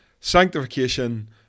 sanctification